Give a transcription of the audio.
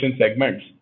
segments